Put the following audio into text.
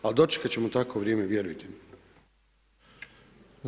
Ali dočekati ćemo takvo vrijeme, vjerujte mi.